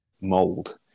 mold